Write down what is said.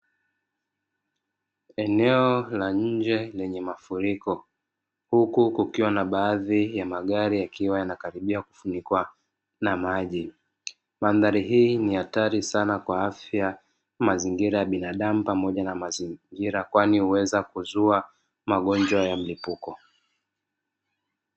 Eneo la nje lenye mafuriko huku kukiwa na baadhi ya magari yakiwa yanakaribia kufunikwa na maji. Mandhari hii ni hatari sana kwa afya, mazingira ya binadamu pamoja na mazingira kwani huweza kuzua magonjwa ya mlipuko.